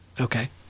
okay